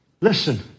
Listen